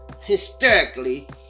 hysterically